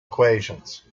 equations